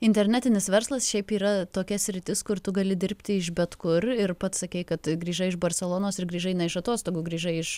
internetinis verslas šiaip yra tokia sritis kur tu gali dirbti iš bet kur ir pats sakei kad grįžai iš barselonos ir grįžai ne iš atostogų grįžai iš